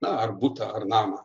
na ar butą ar namą